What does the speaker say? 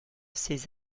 ces